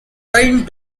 trained